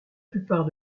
plupart